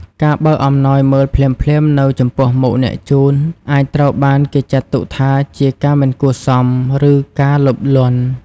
ការបើកអំណោយមើលភ្លាមៗនៅចំពោះមុខអ្នកជូន អាចត្រូវបានគេចាត់ទុកថាជា ការមិនគួរសម ឬការលោភលន់។